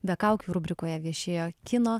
be kaukių rubrikoje viešėjo kino